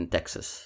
Texas